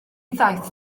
ddaeth